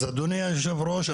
אז אדוני היושב ראש,